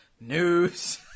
news